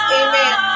amen